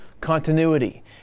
continuity